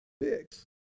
fix